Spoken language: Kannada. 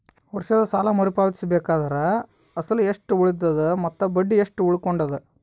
ವರ್ಷದ ಸಾಲಾ ಮರು ಪಾವತಿಸಬೇಕಾದರ ಅಸಲ ಎಷ್ಟ ಉಳದದ ಮತ್ತ ಬಡ್ಡಿ ಎಷ್ಟ ಉಳಕೊಂಡದ?